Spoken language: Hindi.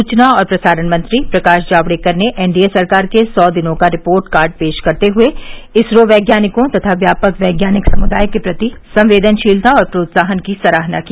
सूचना और प्रसारण मंत्री प्रकाश जावड़ेकर ने एनडीए सरकार के सौ दिनों का रिपोर्ट कार्ड पेश करते हुए इसरो वैज्ञानिकों तथा व्यापक वैज्ञानिक समुदाय के प्रति संवेदनशीलता और प्रोत्साहन की सराहना की